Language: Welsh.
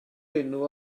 enw